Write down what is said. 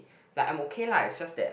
but I am okay lah it's just that